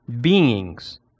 Beings